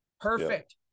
Perfect